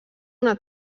una